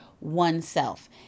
oneself